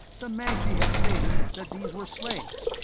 the mancji had stated that these were slaves,